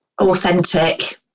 authentic